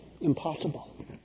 Impossible